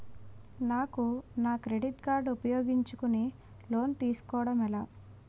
నాకు నా credit card ఉపయోగించుకుని లోన్ తిస్కోడం ఎలా?